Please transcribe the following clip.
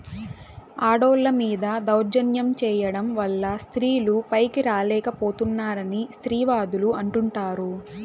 ఆడోళ్ళ మీద దౌర్జన్యం చేయడం వల్ల స్త్రీలు పైకి రాలేక పోతున్నారని స్త్రీవాదులు అంటుంటారు